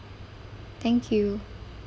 thank you